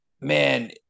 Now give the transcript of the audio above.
man